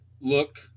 look